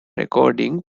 recording